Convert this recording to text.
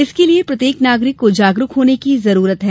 इसके लिये प्रत्येक नागरिक को जागरुक होने की जरूरत है